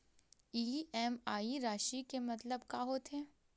EMI राशि के मतलब का होथे?